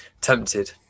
Tempted